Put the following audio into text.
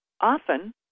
often